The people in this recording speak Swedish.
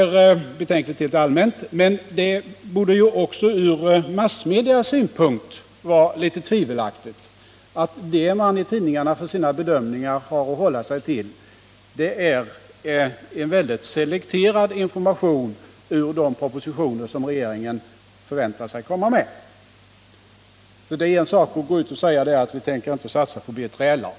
Rent allmänt är det betänkligt, men det borde också ur massmedias synpunkt vara litet tvivelaktigt att det man i tidningarna för sina bedömningar har att hålla sig till är en väldigt selekterad information ur de propositioner som regeringen förväntas komma med. Det är en sak att gå ut och säga: Vi tänker inte satsa på B3LA.